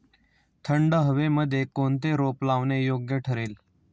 थंड हवेमध्ये कोणते रोप लावणे योग्य ठरेल?